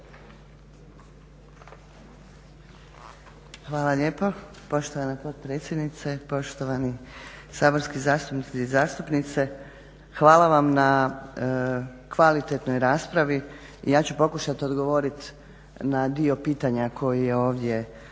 Hvala lijepo poštovana potpredsjednice. Poštovani saborski zastupnici i zastupnice. Hvala vam na kvalitetnoj raspravi i ja ću pokušat odgovorit na dio pitanja koji je ovdje postavljen,